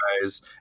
guys